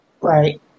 right